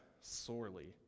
sorely